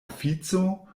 ofico